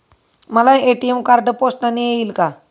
मला ATM card पोस्टाने येईल का?